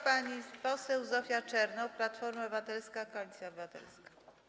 Pani poseł Zofia Czernow, Platforma Obywatelska - Koalicja Obywatelska.